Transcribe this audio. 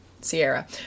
Sierra